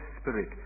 spirit